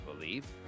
believe